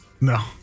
No